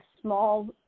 small